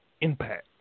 Impact